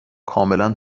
کاملا